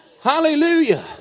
Hallelujah